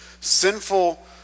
sinful